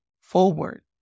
forward